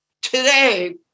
today